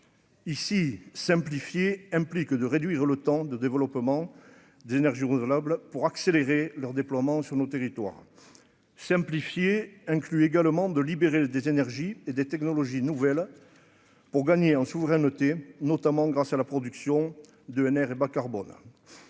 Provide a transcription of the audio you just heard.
ici simplifier implique de réduire le temps de développement d'énergie renouvelable pour accélérer leur déploiement sur nos territoires simplifier inclut également de libérer des énergies et des technologies nouvelles pour gagner, en souveraineté, notamment grâce à la production de nerfs et bas carbone